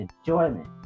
enjoyment